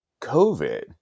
COVID